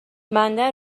بنده